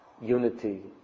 unity